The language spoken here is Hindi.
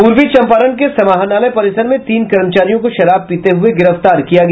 पूर्वी चंपारण के समहारणालय परिसर में तीन कर्मचारियों को शराब पीते हुए गिरफ्तार किया गया